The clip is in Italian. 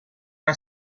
una